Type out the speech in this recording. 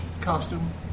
costume